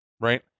right